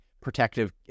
protective